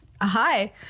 Hi